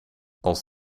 als